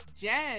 Jen